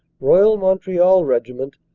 royal mont real regiment,